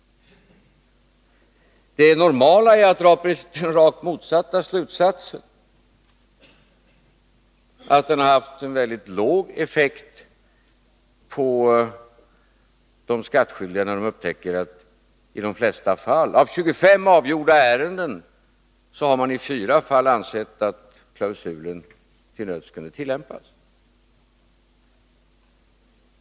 Det normala är att dra den rakt motsatta slutsatsen — att den har haft en väldigt låg effekt på de skattskyldiga. Av 25 avgjorda ärenden har man i 4 fall ansett att klausulen skulle tillämpas.